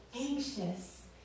anxious